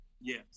yes